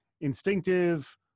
instinctive